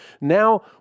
Now